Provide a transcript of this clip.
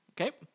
okay